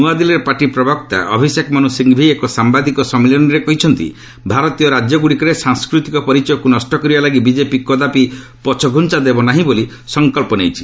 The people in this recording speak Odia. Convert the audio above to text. ନୂଆଦିଲ୍ଲୀରେ ପାର୍ଟି ପ୍ରବକ୍ତା ଅଭିଷେକ ମନୁ ସିଂଘଭି ଏକ ସାମ୍ଭାଦିକ ସମ୍ମିଳନୀରେ କହିଛନ୍ତି ଭାରତୀୟ ରାଜ୍ୟଗୁଡ଼ିକରେ ସାଂସ୍କୃତିକ ପରିଚୟକୁ ନଷ୍ଟ କରିବା ଲାଗି ବିଜେପି କଦାପି ପଛଘୁଞ୍ଚା ଦେବ ନାହିଁ ବୋଲି ସଂକଳ୍ପ ନେଇଛି